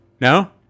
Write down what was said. no